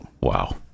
Wow